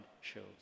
shows